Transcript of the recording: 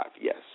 yes